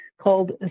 called